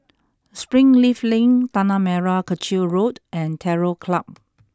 Springleaf Link Tanah Merah Kechil Road and Terror Club